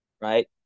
right